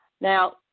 Now